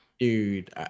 dude